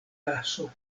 gaso